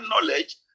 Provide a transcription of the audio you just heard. knowledge